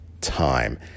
time